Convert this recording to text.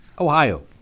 Ohio